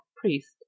priest